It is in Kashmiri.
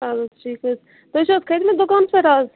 چلو ٹھیٖک حَظ چھُ تُہۍ چھِو حَظ کھٔتمٕتۍ دُکانس پٮ۪ٹھ آز